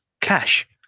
cash